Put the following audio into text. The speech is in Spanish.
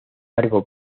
largo